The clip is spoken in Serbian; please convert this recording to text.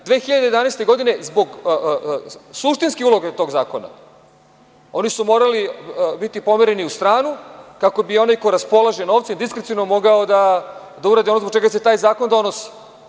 Zbog suštinske uloge tog zakona, 2011. godine oni su morali biti pomereni u stranu kako bi onaj ko raspolaže novcem diskreciono mogao da uradi ono zbog čega se taj zakon donosi.